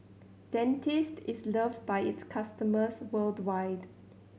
Dentiste is loved by its customers worldwide